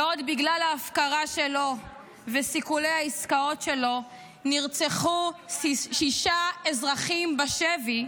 בעוד בגלל ההפקרה שלו וסיכולי העסקאות שלו נרצחו שישה אזרחים בשבי,